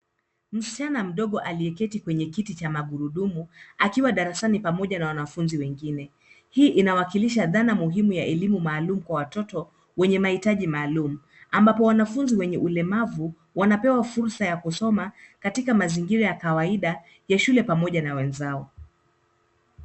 Msichana mdogo aliyeketi kwenye kiti cha magurudumu akiwa darasani pamoja na wanafunzi wengine. Hii inawakilisha dhana muhimu ya elimu maalum kwa watoto wenye mahitaji maalum, ambapo wanafunzi wenye ulemavu wanapewa fursa ya kusoma katika mazingira ya kawaida ya shule pamoja na wenzao.